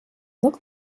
look